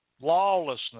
Lawlessness